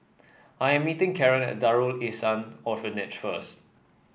I am meeting Karen at Darul Ihsan Orphanage first